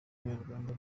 abanyarwanda